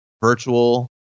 virtual